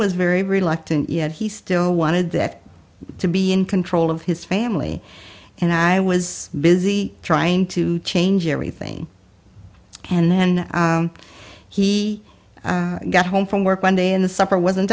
was very reluctant yet he still wanted that to be in control of his family and i was busy trying to change everything and then he got home from work one day and the supper was